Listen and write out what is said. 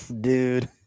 dude